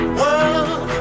world